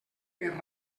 per